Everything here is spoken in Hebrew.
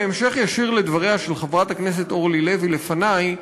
בהמשך ישיר לדבריה של חברת הכנסת אורלי לוי לפני,